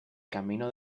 camino